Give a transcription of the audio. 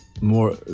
more